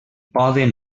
poden